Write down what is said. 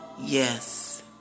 yes